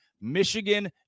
Michigan